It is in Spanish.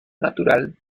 natural